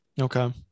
Okay